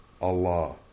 Allah